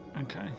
Okay